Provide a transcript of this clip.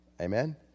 Amen